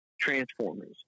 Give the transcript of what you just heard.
Transformers